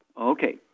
Okay